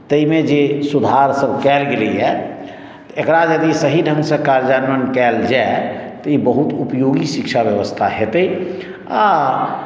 ताहिमे जे सुधार सभ कयल गेलैया एकरा यदि सही ढ़ंगसँ कार्यान्वयन कयल जाय तऽ ई बहुत उपयोगी शिक्षा व्यवस्था हेतै आ